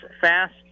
fast